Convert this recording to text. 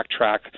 backtrack